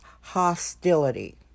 hostility